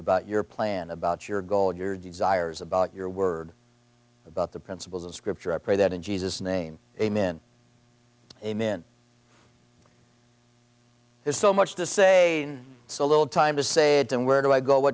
about your plan about your goal your desires about your word about the principles of scripture i pray that in jesus name amen amen there's so much to say so little time to say and where do i go